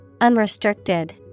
Unrestricted